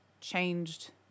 changed